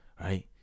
right